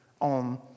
on